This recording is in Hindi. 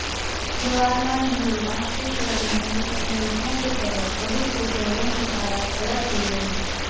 जवाहरलाल नेहरू राष्ट्रीय शहरी नवीकरण योजना के तहत बहुत से शहरों की काया पलट हुई है